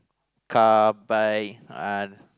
car bike